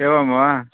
एवं वा